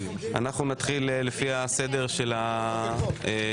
אנחנו נתחיל לפי הסדר של ההגשה,